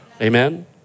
Amen